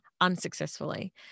unsuccessfully